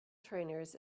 trainers